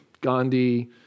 Gandhi